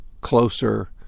closer